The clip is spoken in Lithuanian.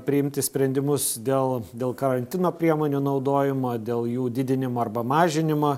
priimti sprendimus dėl dėl karantino priemonių naudojimo dėl jų didinimo arba mažinimo